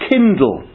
Kindle